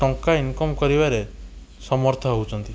ଟଙ୍କା ଇନକମ କରିବାରେ ସମର୍ଥ ହେଉଛନ୍ତି